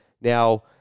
Now